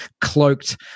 cloaked